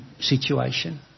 situation